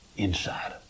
inside